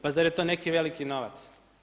Pa zar je to neki veliki novac?